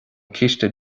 ciste